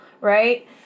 right